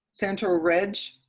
central ridge,